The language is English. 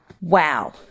Wow